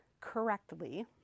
correctly